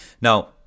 Now